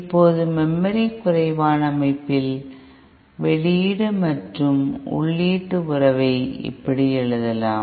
இப்போது மெமரி குறைவான அமைப்பில் வெளியீடு மற்றும் உள்ளீட்டு உறவை இப்படி எழுதலாம்